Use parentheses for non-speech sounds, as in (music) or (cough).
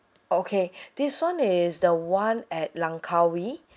okay (breath) this one is the one at langkawi